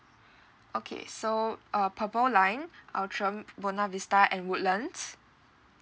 okay so uh purple line atrium buona vista and woodlands